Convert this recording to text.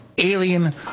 alien